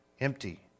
empty